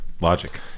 Logic